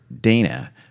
Dana